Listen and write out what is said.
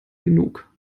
genug